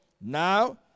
Now